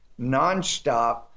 nonstop